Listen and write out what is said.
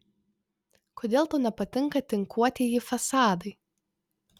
kodėl tau nepatinka tinkuotieji fasadai